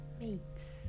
mates